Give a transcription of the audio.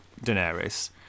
Daenerys